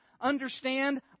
Understand